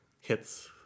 hits